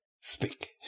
speak